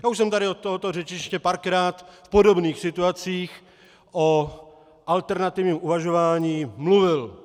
Já už jsem tady od tohoto řečniště párkrát v podobných situacích o alternativním uvažování mluvil.